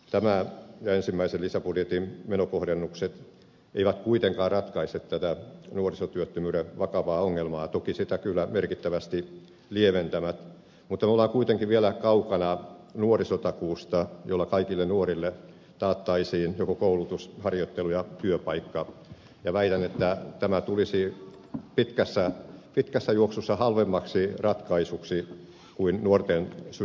tämä ja ensimmäisen lisäbudjetin menokohdennukset eivät kuitenkaan ratkaise tätä nuorisotyöttömyyden vakavaa ongelmaa toki sitä kyllä merkittävästi lieventävät mutta me olemme kuitenkin vielä kaukana nuorisotakuusta jolla kaikille nuorille taattaisiin joko koulutus harjoittelu tai työpaikka ja väitän että tämä tulisi pitkässä juoksussa halvemmaksi ratkaisuksi kuin nuorten syrjäytyminen